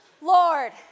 Lord